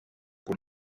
pour